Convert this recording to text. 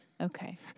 Okay